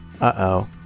Uh-oh